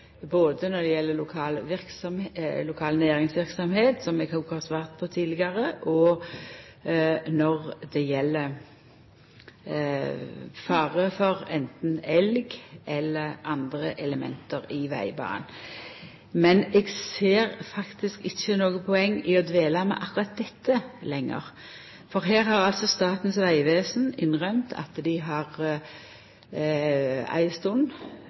lokal næringsverksemd, som eg òg har svart på tidlegare, og når det gjeld fare for anten elg eller andre element i vegbanen. Men eg ser faktisk ikkje noko poeng i å dvela ved akkurat dette lenger, for her har altså Statens vegvesen innrømt at dei ei stund